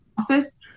office